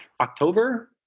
October